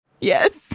Yes